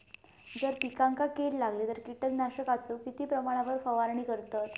जर पिकांका कीड लागली तर कीटकनाशकाचो किती प्रमाणावर फवारणी करतत?